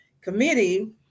committee